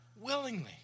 Willingly